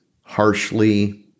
harshly